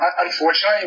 unfortunately